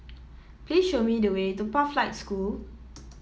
please show me the way to Pathlight School